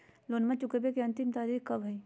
लोनमा चुकबे के अंतिम तारीख कब हय?